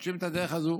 מחדשים את הדרך הזו